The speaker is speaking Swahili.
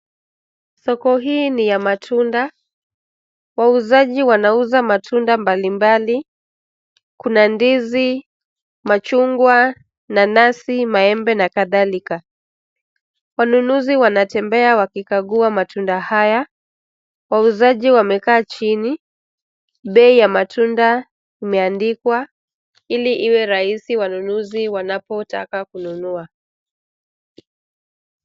Soko hili ni ya matunda. Wauzaji wanauza matunda mbalimbali. Kuna ndizi, machungwa, nanasi, maembe na kadhalika. Wanunuzi wanatembea wakikagua matunda haya. Wauzaji wamekaa chini. Bei ya matunda imeandikwa ili iwe rahisi wanunuzi wanapotaka kununua.